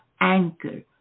anchor